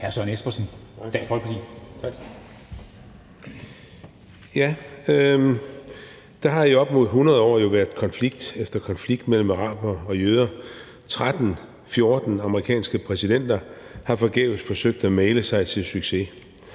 Søren Espersen (DF): Der har i op imod 100 år været konflikt efter konflikt mellem arabere og jøder, og 13-14 amerikanske præsidenter har forgæves forsøgt at mægle sig til succes.